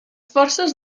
forces